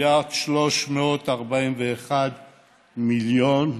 4.341 מיליארד,